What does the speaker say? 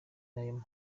nayo